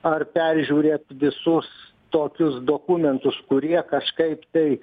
ar peržiūrėt visus tokius dokumentus kurie kažkaip tai